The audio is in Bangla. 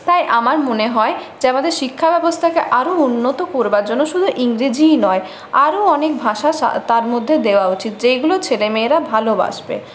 তাই আমার মনে হয় যে আমাদের শিক্ষা ব্যবস্থাকে আরও উন্নত করবার জন্য শুধু ইংরেজিই নয় আরও অনেক ভাষা তার মধ্যে দেওয়া উচিত যেইগুলো ছেলেমেয়েরা ভালোবাসবে